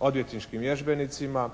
odvjetničkim vježbenicima,